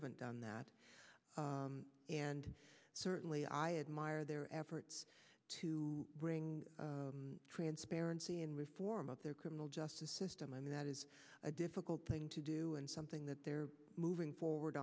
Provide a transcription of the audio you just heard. haven't done that and certainly i admire their efforts to bring transparency and reform of their criminal justice system and that is a difficult thing to do and something that they're moving forward